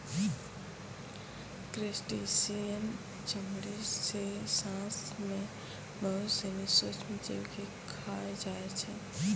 crustacean चमड़ी सें सांस लै में बहुत सिनी सूक्ष्म जीव के खाय जाय छै